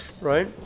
Right